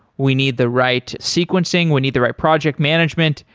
we need the right sequencing, we need the right project management.